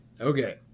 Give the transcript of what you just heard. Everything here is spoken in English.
Okay